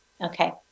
Okay